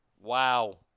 Wow